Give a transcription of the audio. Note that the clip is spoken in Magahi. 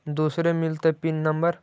दुसरे मिलतै पिन नम्बर?